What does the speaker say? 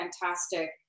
fantastic